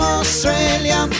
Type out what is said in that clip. Australia